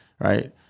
right